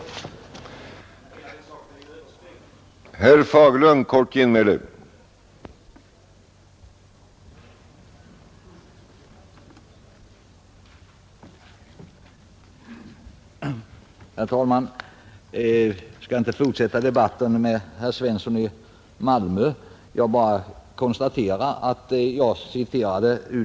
Men hela den saken är ju överspelad.